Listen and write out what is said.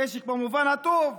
נשק במובן הטוב,